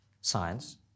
science